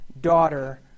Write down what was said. daughter